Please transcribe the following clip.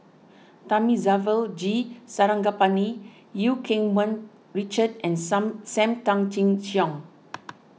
Thamizhavel G Sarangapani Eu Keng Mun Richard and some Sam Tan Chin Siong